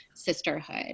sisterhood